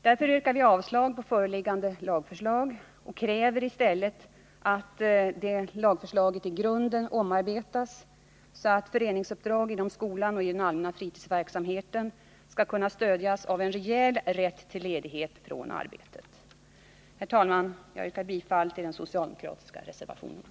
Vi yrkar därför avslag på föreliggande lagförslag och kräver i stället att förslaget i grunden omarbetas så att föréningsuppdrag inom skolan och den allmänna fritidsverksamheten skall kunna stödjas av en rejäl rätt till ledighet från arbetet. Herr talman! Jag yrkar bifall till den socialdemokratiska reservationen.